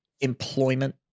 employment